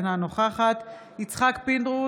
אינה נוכחת יצחק פינדרוס,